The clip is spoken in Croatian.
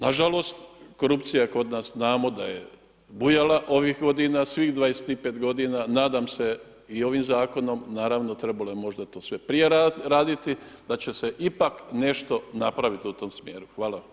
Nažalost korupcija je kod nas, znamo da je bujala ovih godina, svih 25 godina, nadam se i ovim zakonom, naravno trebalo je možda to sve prije raditi da će se ipak nešto napraviti u tom smjeru.